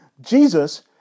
Jesus